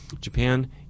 Japan